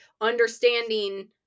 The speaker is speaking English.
understanding